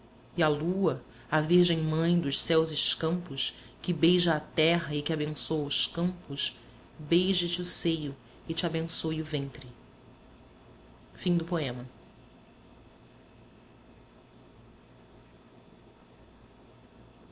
concentre e a lua a virgem mãe dos céus escampos que beija a terra e que abençoa os campos beije te o seio e te abençoe o ventre